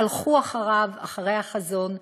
הלכו אחריו, אחרי החזון,